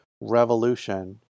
Revolution